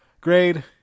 Grade